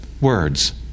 words